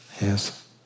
Yes